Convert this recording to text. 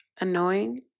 annoying